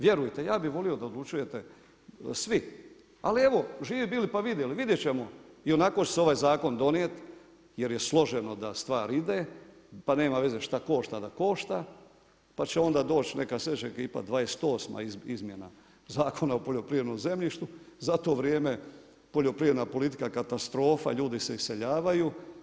Vjerujte ja bih volio da odlučujete svi, ali evo živi bili pa vidjeli, vidjeti ćemo i onako će se ovaj zakon donijeti jer je složeno da stvar ide, pa nema veze šta košta da košta, pa će onda doći neka sljedeća ekipa, 28.-ma izmjena Zakona o poljoprivrednom zemljištu, za to vrijeme poljoprivredna politika katastrofa, ljudi se iseljavaju.